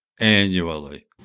annually